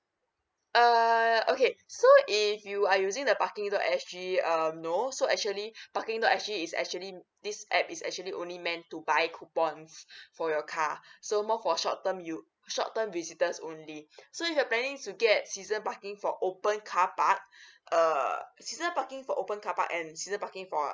err okay so if you are using the parking dot S G um no so actually parking dot S G is actually this app is actually only meant to buy coupon f~ for your car so more for short term you shorten visitors only so if you're planning to get season parking for open carpark err season parking for open carpark and season parking for